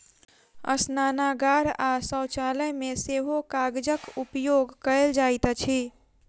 स्नानागार आ शौचालय मे सेहो कागजक उपयोग कयल जाइत अछि